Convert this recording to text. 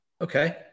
okay